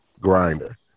Grinder